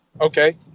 Okay